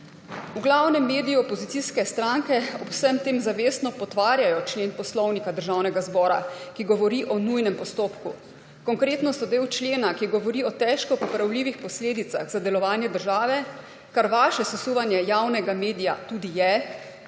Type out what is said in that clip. V glavnem mediju opozicijske stranke ob vsem tem zavestno potvarjajo člen Poslovnika Državnega zbora, ki govori o nujnem postopku. Konkretno so del člena, ki govori o težko popravljivih posledicah za delovanje države, kar vaše sesuvanje javnega medija tudi je,